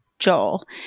Joel